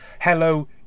hello